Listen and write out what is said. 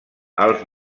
alts